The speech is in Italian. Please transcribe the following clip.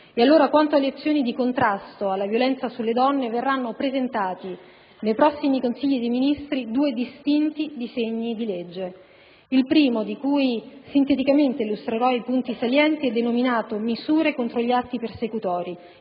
quanto riguarda le azioni di contrasto della violenza sulle donne, verranno presentati nei prossimi Consigli dei ministri due distinti disegni di legge. Il primo di essi, di cui sinteticamente illustrerò i punti salienti, è denominato «Misure contro gli atti persecutori»,